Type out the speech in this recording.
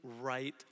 right